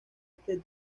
este